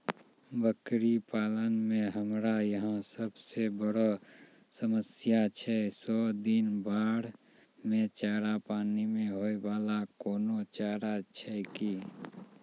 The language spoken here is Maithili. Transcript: बकरी पालन मे हमरा यहाँ सब से बड़ो समस्या छै सौ दिन बाढ़ मे चारा, पानी मे होय वाला कोनो चारा छै कि?